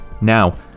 Now